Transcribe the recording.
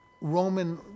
Roman